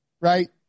right